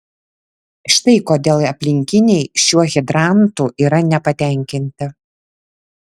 štai kodėl aplinkiniai šiuo hidrantu yra nepatenkinti